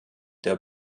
der